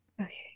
Okay